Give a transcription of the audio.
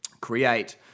create